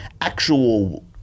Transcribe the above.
actual